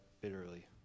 bitterly